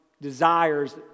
desires